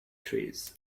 trees